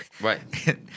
Right